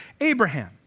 Abraham